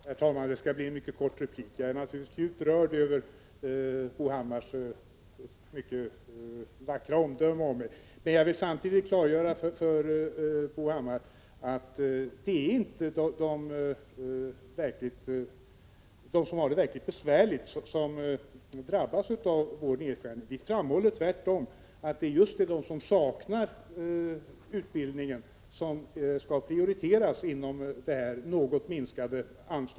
Herr talman! Detta skall bli en mycket kort replik. Jag är naturligtvis djupt rörd över Bo Hammars vackra omdöme om mig. Jag vill samtidigt klargöra för Bo Hammar att det inte är de som har det verkligt besvärligt som drabbas av vår nedskärning. Tvärtom framhåller vi att det just är de som saknar utbildning som skall prioriteras inom det något minskade anslagets ram.